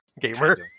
gamer